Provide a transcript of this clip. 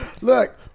look